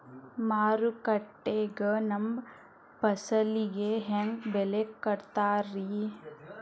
ಮಾರುಕಟ್ಟೆ ಗ ನಮ್ಮ ಫಸಲಿಗೆ ಹೆಂಗ್ ಬೆಲೆ ಕಟ್ಟುತ್ತಾರ ರಿ?